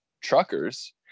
truckers